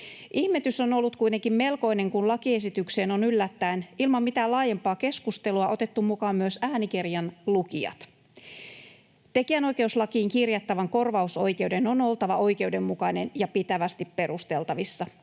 Ihmetys on ollut kuitenkin melkoinen, kun lakiesitykseen on yllättäen ilman mitään laajempaa keskustelua otettu mukaan myös äänikirjan lukijat. Tekijänoikeuslakiin kirjattavan korvausoikeuden on oltava oikeudenmukainen ja pitävästi perusteltavissa.